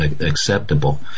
acceptable